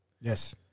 Yes